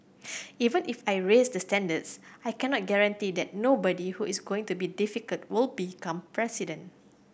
even if I raise the standards I cannot guarantee that nobody who is going to be difficult will become president